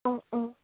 অঁ অঁ